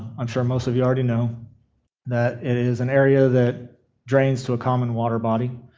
i'm sure most of you already know that it is an area that drains to a common water body.